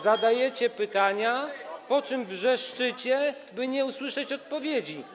Zadajecie pytania, po czym wrzeszczycie, by nie usłyszeć odpowiedzi.